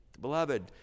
beloved